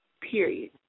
Period